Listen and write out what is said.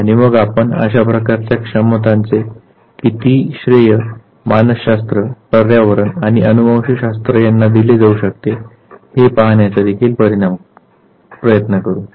आणि मग आपण अशाप्रकारच्या क्षमतांचे किती श्रेय मानसशास्त्र पर्यावरण किंवा अनुवंशशास्त्र यांना दिले जाऊ शकते हे पाहण्याचा देखील प्रयत्न करू